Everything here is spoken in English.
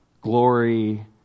glory